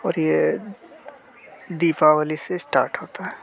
और ये दीपावली से स्टार्ट होता है